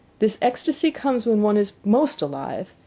this ecstasy comes when one is most alive,